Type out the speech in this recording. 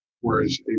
whereas